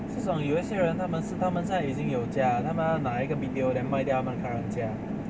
这种有一些人他们是他们现在已经有家了他们要拿一个 B_T_O then 卖掉他们的 current 家